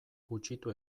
gutxitu